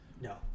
no